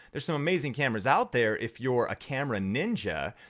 there's some amazing cameras out there if you're a camera ninja,